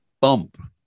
bump